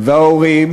וההורים,